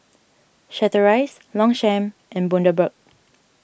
Chateraise Longchamp and Bundaberg